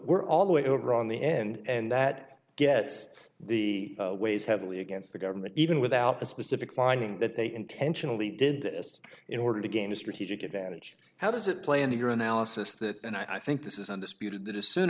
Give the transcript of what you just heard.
we're all the way over on the end that gets the weighs heavily against the government even without the specific finding that they intentionally did this in order to gain a strategic advantage how does it play into your analysis that and i think this is undisputed that a soon